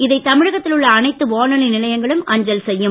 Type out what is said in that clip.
இதை தமிழகத்தில் உள்ள அனைத்து வானொலி நிலையங்களும் அஞ்சல் செய்யும்